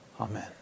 amen